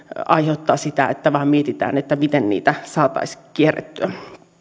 aiheuttavat sitä että mietitään miten niitä saataisiin kierrettyä